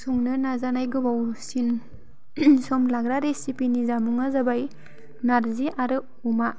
संनो नाजानाय गोबावसिन सम लाग्रा रेसिपिनि जामुंआ जाबाय नारजि आरो अमा